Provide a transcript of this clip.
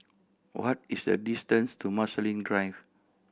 what is the distance to Marsiling Drive